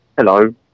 Hello